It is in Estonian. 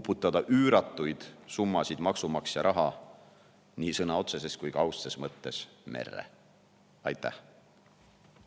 uputada üüratuid summasid maksumaksja raha nii sõna otseses kui ka kaudses mõttes merre. Aitäh!